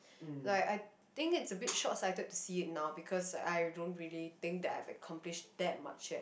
like I think it's a bit short sighted to see it now because I don't really think that I've accomplished that much yet